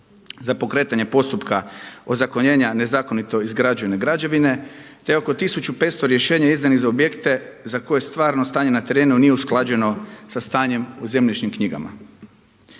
za pokretanje postupka ozakonjenja nezakonito izgrađene građevine, te oko 1500 rješenja izdanih za objekte za koje stvarno stanje na terenu nije usklađeno sa stanjem u zemljišnim knjigama.